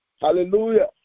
Hallelujah